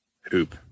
hoop